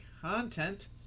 content